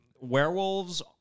werewolves